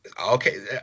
okay